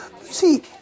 see